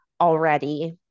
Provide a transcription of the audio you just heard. already